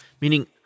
Meaning